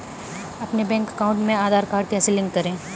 अपने bank account में Aadhaar card कैसे लिंक करें?